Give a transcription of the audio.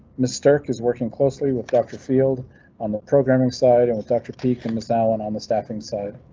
miss turk is working closely with doctor field on the programming side and with doctor pekin, miss allen on the staffing side.